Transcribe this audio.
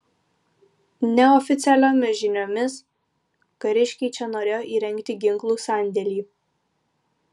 neoficialiomis žiniomis kariškiai čia norėjo įrengti ginklų sandėlį